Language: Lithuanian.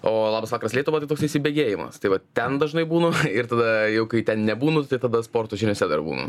o labas vakaras lietuva kad toks įsibėgėjimas tai va ten dažnai būnu ir tada jau kai ten nebūnu tai tada sporto žiniose dar būnu